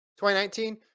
2019